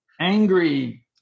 angry